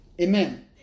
Amen